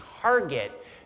target